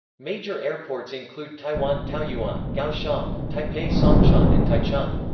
major airports include taiwan taoyuan, kaohsiung, taipei songshan and taichung.